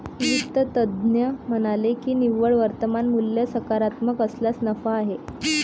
वित्त तज्ज्ञ म्हणाले की निव्वळ वर्तमान मूल्य सकारात्मक असल्यास नफा आहे